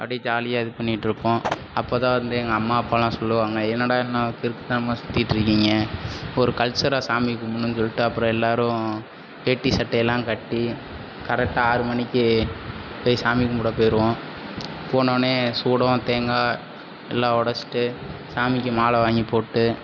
அப்படியே ஜாலியாக இது பண்ணிகிட்டு இருப்போம் அப்போ தான் வந்து எங்கள் அம்மா அப்பாலாம் சொல்லுவாங்கள் என்னடா இன்னும் கிறுக்குத்தனமாக சுற்றிட்டு இருக்கீங்க ஒரு கல்ச்சராக சாமி கும்பிட்னும் சொல்லிட்டு அப்புறம் எல்லாரும் வேட்டி சட்டையெல்லாம் கட்டி கரெட்டாக ஆறு மணிக்கு போய் சாமி கும்பிட போயிருவோம் போனவொன்னே சூடம் தேங்காய் எல்லாம் உடச்சிட்டு சாமிக்கு மாலை வாங்கி போட்டு